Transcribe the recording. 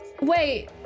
Wait